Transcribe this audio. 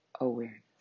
Awareness